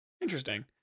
interesting